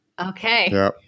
Okay